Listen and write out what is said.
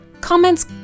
comments